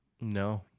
No